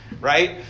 right